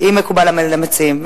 אם מקובל על המציעים.